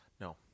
No